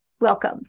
Welcome